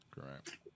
Correct